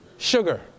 Sugar